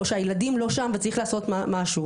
או שהילדים לא שם וצריך לעשות משהו.